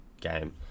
game